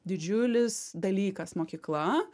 didžiulis dalykas mokykla